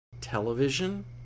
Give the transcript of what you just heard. television